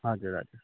हजुर हजुर